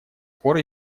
пор